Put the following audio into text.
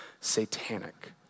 satanic